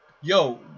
Yo